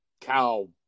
cow